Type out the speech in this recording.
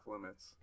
limits